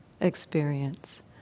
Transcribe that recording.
experience